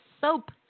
SOAP